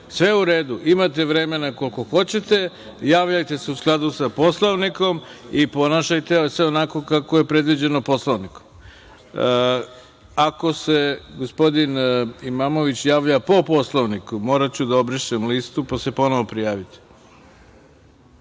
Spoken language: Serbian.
je u redu. Imate vremena koliko hoćete, javljajte se u skladu sa Poslovnikom i ponašajte se onako kako je predviđeno Poslovnikom. Ako se gospodin Imamović javlja po Poslovniku, moraću da obrišem listu, pa se ponovo prijavite. Izvolite.